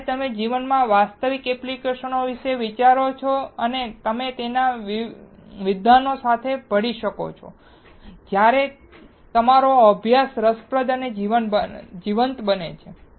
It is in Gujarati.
જ્યારે તમે જીવનમાં વાસ્તવિક એપ્લિકેશનો વિશે વિચારો છો અને તેને તમારા વિદ્વાનો સાથે ભળી શકો છો ત્યારે તમારો અભ્યાસ રસપ્રદ અને જીવંત બને છે